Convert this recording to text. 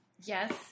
Yes